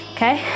Okay